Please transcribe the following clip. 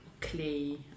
Clay